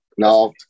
No